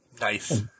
Nice